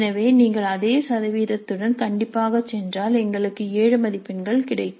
எனவே நீங்கள் அதே சதவீதத்துடன் கண்டிப்பாகச் சென்றால் எங்களுக்கு 7 மதிப்பெண்கள் கிடைக்கும்